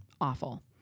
awful